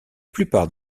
plupart